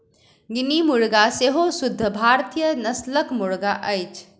guinea मुर्गा सेहो शुद्ध भारतीय नस्लक मुर्गा अछि